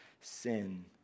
sin